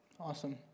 Awesome